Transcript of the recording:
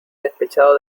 despechados